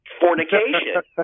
fornication